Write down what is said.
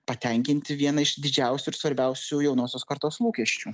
patenkinti vieną iš didžiausių ir svarbiausių jaunosios kartos lūkesčių